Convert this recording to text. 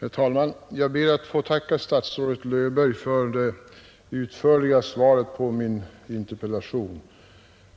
Herr talman! Jag ber att få tacka statsrådet Löfberg för det utförliga svaret på min interpellation.